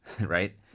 right